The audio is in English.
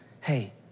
Hey